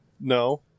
No